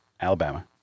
Alabama